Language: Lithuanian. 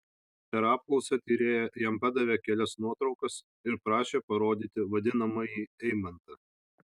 per apklausą tyrėja jam padavė kelias nuotraukas ir prašė parodyti vadinamąjį eimantą